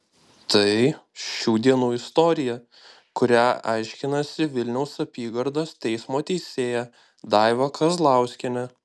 tai šių dienų istorija kurią aiškinasi vilniaus apygardos teismo teisėja daiva kazlauskienė